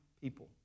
people